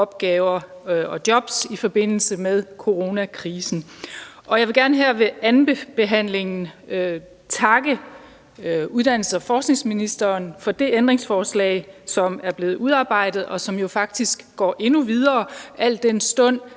opgaver og jobs i forbindelse med coronakrisen. Jeg vil gerne her ved andenbehandlingen takke uddannelses- og forskningsministeren for det ændringsforslag, som er blevet udarbejdet, og som jo faktisk går endnu videre, al den stund